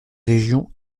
région